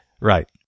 Right